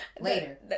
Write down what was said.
Later